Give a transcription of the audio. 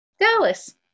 Dallas